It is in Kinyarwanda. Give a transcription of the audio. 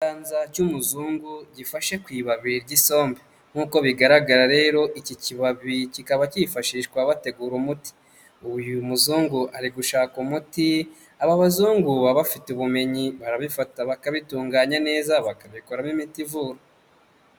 Ikiganza cy'umuzungu gifashe ku ibabi ry'isombe nk'uko bigaragara rero iki kibabi kikaba cyifashishwa bategura umuti, ubu uyu muzungu ari gushaka umuti, aba bazungu baba bafite ubumenyi barabifata bakabitunganya neza bakabikoramo imiti ivura.